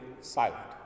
silent